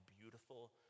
beautiful